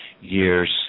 years